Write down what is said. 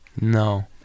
No